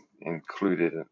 included